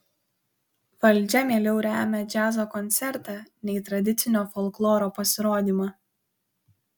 valdžia mieliau remia džiazo koncertą nei tradicinio folkloro pasirodymą